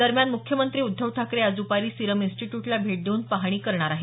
दरम्यान मुख्यमंत्री उद्धव ठाकरे आज दपारी सिरम इन्स्टिट्यूटला भेट देऊन पाहणी करणार आहेत